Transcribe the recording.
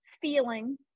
feeling